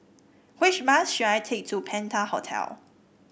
which bus should I take to Penta Hotel